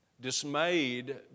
dismayed